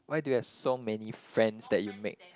why do you have so many friends that you make